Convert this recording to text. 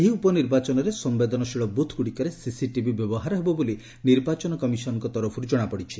ଏହି ଉପନିର୍ବାଚନରେ ସମ୍ଭେଦନଶୀଳ ବୁଥ ଗୁଡ଼ିକରେ ସିସିଟିଭି ବ୍ୟବହାର ହେବ ବୋଲି ନିର୍ବାଚନ କମିଶନରଙ୍କ ତରଫରୁ ଜଣାପଡ଼ିଛି